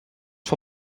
for